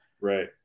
Right